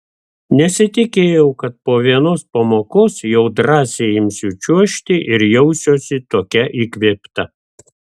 nesitikėjau kad po vienos pamokos jau drąsiai imsiu čiuožti ir jausiuosi tokia įkvėpta